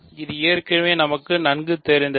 இது ஏற்கனவே நமக்கு நன்கு தெரிந்ததே